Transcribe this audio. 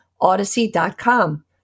odyssey.com